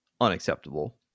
unacceptable